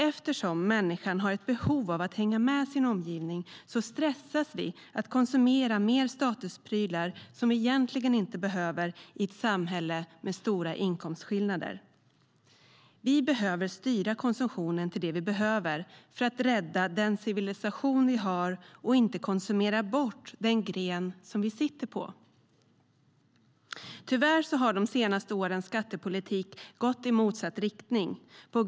Eftersom människan har ett behov av att hänga med sin omgivning stressas vi i ett samhälle med stora inkomstskillnader att konsumera mer statusprylar som vi egentligen inte behöver. Vi måste styra konsumtionen till det vi behöver för att rädda den civilisation vi har och inte konsumera bort den gren som vi sitter på. Tyvärr har de senaste årens skattepolitik på grund av ideologi gått i motsatt riktning.